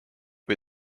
või